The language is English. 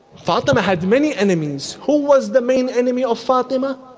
fatima had many enemies, who was the main enemy of fatima?